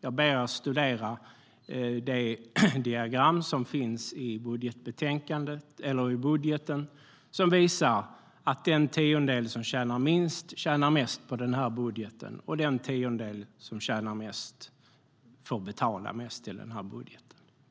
Jag ber er studera det diagram som finns i budgetpropositionen och som visar att den tiondel som tjänar minst tjänar mest på den här budgeten, medan den tiondel som tjänar mest får betala mest.